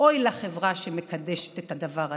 ואוי לחברה שמקדשת את הדבר הזה.